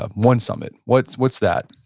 ah one summit. what's what's that?